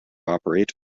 operate